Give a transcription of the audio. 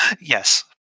Yes